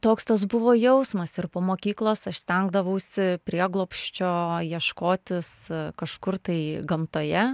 toks tas buvo jausmas ir po mokyklos aš stengdavausi prieglobsčio ieškotis kažkur tai gamtoje